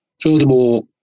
Furthermore